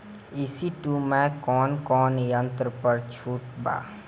ई.सी टू मै कौने कौने यंत्र पर छुट बा?